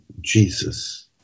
Jesus